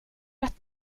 att